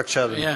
בבקשה, אדוני.